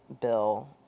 bill